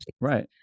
Right